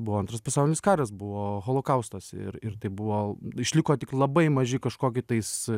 buvo antras pasaulinis karas buvo holokaustas ir ir tai buvo išliko tik labai maži kažkoki tais